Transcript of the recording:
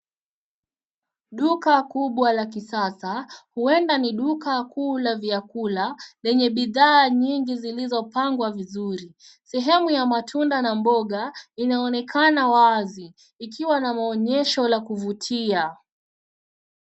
Duka kubwa la kisasa, huenda ni duka kuu la vyakula yenye bidhaa nyingi zilizopangwa vizuri. Sehemu ya matunda na mboga inaonekana wazi ikiwa na maonyesho la kuvutia.